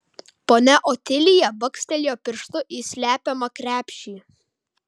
ponia otilija bakstelėjo pirštu į slepiamą krepšį